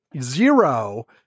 zero